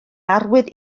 arwydd